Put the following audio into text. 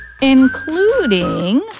including